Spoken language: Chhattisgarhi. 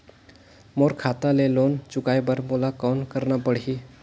मोर खाता ले लोन चुकाय बर मोला कौन करना पड़ही?